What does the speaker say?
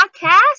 podcast